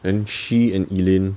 and she and elaine